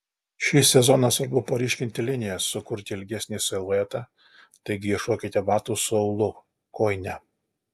šį sezoną svarbu paryškinti linijas sukurti ilgesnį siluetą taigi ieškokite batų su aulu kojine